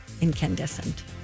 Incandescent